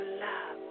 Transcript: love